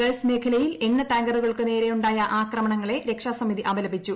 Gulf മേഖലയിൽ എണ്ണ ടാങ്കറുകൾക്ക് നേരെ ഉണ്ടായ ആക്രമണങ്ങളെ രക്ഷാസമിതി അപലപിച്ചു